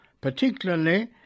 particularly